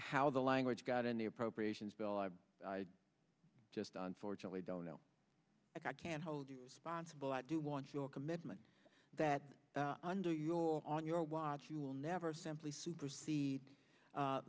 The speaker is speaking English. how the language got in the appropriations bill i just unfortunately don't know i can't hold you responsible i do want your commitment that under your on your watch you will never simply supersede